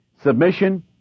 Submission